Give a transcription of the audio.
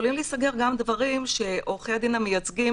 יכולים להיסגר גם דברים שעורכי הדין המייצגים